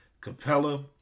Capella